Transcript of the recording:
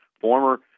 former